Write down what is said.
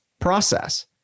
process